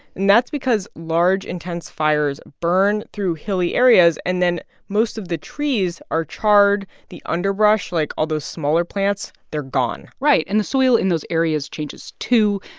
and that's because large, intense fires burn through hilly areas. and then most of the trees are charred. the underbrush like, all those smaller plants they're gone right. and the soil in those areas changes, too.